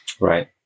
right